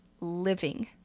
living